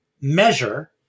measure